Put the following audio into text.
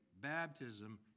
baptism